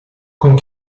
con